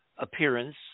Appearance